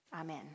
Amen